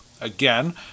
Again